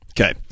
Okay